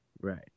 Right